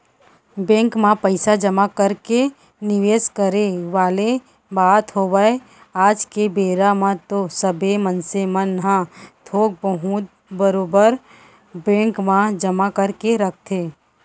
bank म पइसा जमा करके निवेस करे वाले बात होवय आज के बेरा म तो सबे मनसे मन ह थोक बहुत बरोबर बेंक म जमा करके रखथे